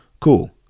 Cool